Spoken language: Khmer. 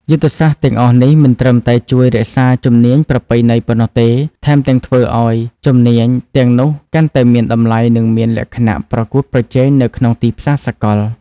យុទ្ធសាស្ត្រទាំងអស់នេះមិនត្រឹមតែជួយរក្សាជំនាញប្រពៃណីប៉ុណ្ណោះទេ ថែមទាំងធ្វើឱ្យជំនាញទាំងនោះកាន់តែមានតម្លៃនិងមានលក្ខណៈប្រកួតប្រជែងនៅក្នុងទីផ្សារសកល។